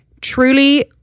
Truly